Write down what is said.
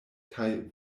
kaj